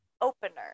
opener